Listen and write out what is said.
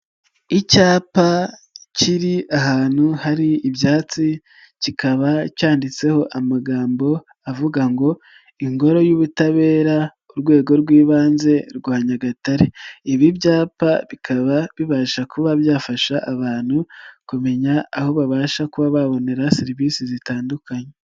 Icyapa kiri ahantu hari ibyatsi kikaba cyanditseho amagambo avuga ngo Ingoro y'Ubutabera Urwego rw'Ibanze rwa Nyagatare, ibi byapa bikaba bibasha kuba byafasha abantu kumenya aho babasha kuba babonera serivisi zitandukanye.